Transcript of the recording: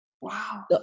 Wow